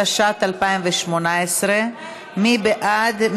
התשע"ט 2018. מי בעד?